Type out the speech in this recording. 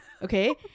Okay